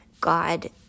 God